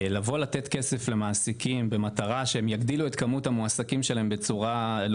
לבוא לתת כסף למעסיקים במטרה שהם יגדילו את כמות המועסקים שלהם בצורה לא